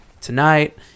tonight